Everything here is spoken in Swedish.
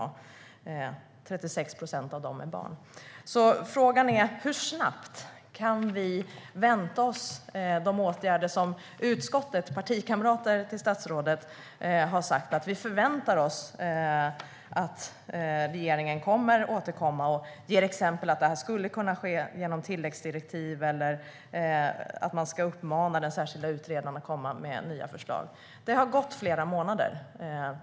36 procent av dem är barn. Hur snabbt kan vi vänta oss de åtgärder som statsrådets partikamrater i utskottet sagt att de förväntar sig att regeringen återkommer med? De ger exempel på att det skulle kunna ske genom tilläggsdirektiv eller genom att uppmana den särskilda utredaren att komma med nya förslag. Det har gått flera månader.